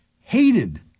hated